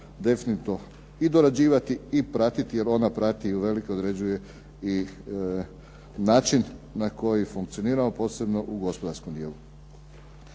definitivno i dorađivati i pratiti jer ona prati i uvelike određuje način na koji funkcioniramo, posebno u gospodarskom dijelu.